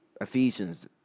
Ephesians